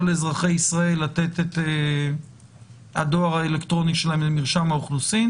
אזרחי ישראל לתת את הדואר האלקטרוני שלהם למרשם האוכלוסין